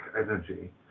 energy